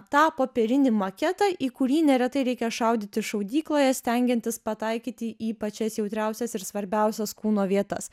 tą popierinį maketą į kurį neretai reikia šaudyti šaudykloje stengiantis pataikyti į pačias jautriausias ir svarbiausias kūno vietas